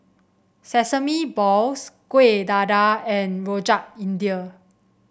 Sesame Balls Kuih Dadar and Rojak India